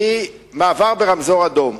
היא מעבר ברמזור אדום.